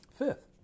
Fifth